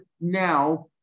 now